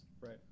Right